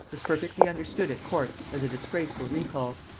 was perfectly understood at court as a disgraceful recall.